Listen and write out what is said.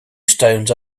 stones